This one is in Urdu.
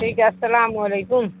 ٹھیک ہے السلام علیکم